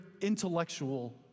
intellectual